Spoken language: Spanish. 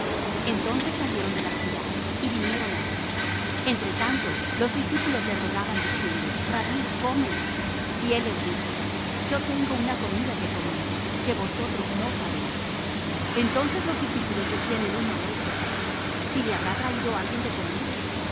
entonces salieron de la ciudad y vinieron á él entre tanto los discípulos le rogaban diciendo rabbí come y él les dijo yo tengo una comida que comer que vosotros no sabéis entonces los discípulos decían el uno al otro si le habrá traído alguien de comer